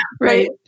Right